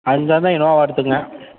அஞ்சாக இருந்தால் இனோவா எடுத்துக்கலாம்